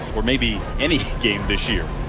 or maybe any game this year.